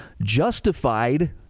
justified